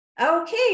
okay